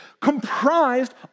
comprised